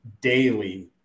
daily